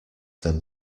them